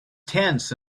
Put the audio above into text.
tense